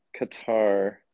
Qatar